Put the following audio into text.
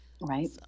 Right